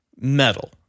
metal